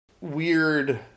weird